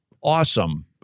awesome